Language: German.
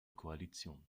koalition